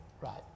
Right